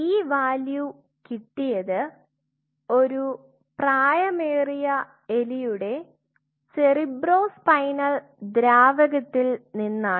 ഈ വാല്യൂ കിട്ടിയത് ഒരു പ്രായമേറിയ എലിയുടെ സെറിബ്രോസ്പൈനൽ ദ്രാവകത്തിൽ നിന്നാണ്